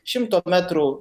šimto metrų